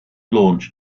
launch